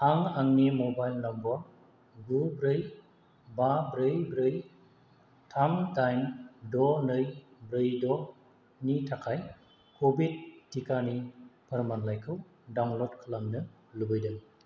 आं आंनि mobile number गु ब्रै बा ब्रै ब्रै थाम दाइन द' नै ब्रै द'नि थाखाय क'भिड टिकानि फोरमानलाइखौ डाउनल'ड खालामनो लुबैदों